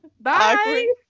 Bye